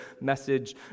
message